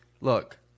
look